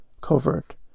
covert